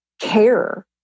care